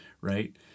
Right